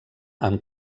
amb